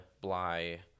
Bly